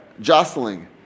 jostling